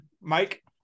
Mike